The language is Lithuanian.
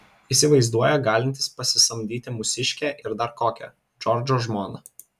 įsivaizduoja galintis pasisamdyti mūsiškę ir dar kokią džordžo žmoną